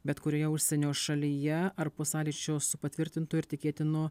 bet kurioje užsienio šalyje ar po sąlyčio su patvirtintu ir tikėtinu